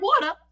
water